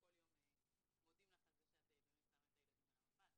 כל יום מודים לך על כך שאת שמה את הילדים על המפה.